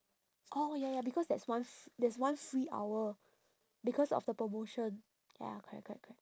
oh ya ya because there's one f~ there's one free hour because of the promotion ya correct correct correct